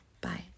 Bye